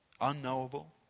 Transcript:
unknowable